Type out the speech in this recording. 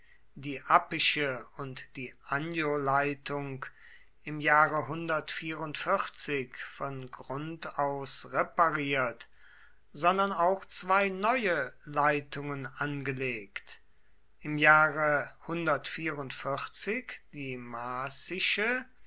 die appische und die anioleitung im jahre von grund aus repariert sondern auch zwei neue leitungen angelegt im jahre die